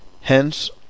Hence